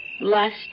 last